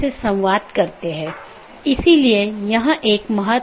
तो यह एक तरह की नीति प्रकारों में से हो सकता है